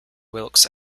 wilkes